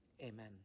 amen